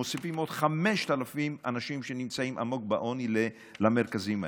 אנחנו מוסיפים עוד 5,000 אנשים שנמצאים עמוק בעוני למרכזים האלה.